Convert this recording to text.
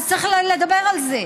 אז צריך לדבר על זה: